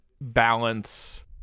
balance